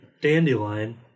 Dandelion